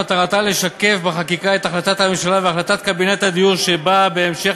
מטרתה לשקף בחקיקה את החלטת הממשלה והחלטת קבינט הדיור שבאה בהמשך